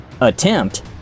Attempt